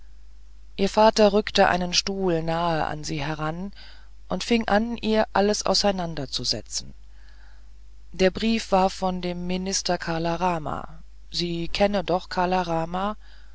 ihr vater rückte einen stuhl nahe an sie heran und fing an ihr alles auseinanderzusetzen der brief war von dem minister kala rama sie kenne doch kala rama